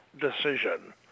decision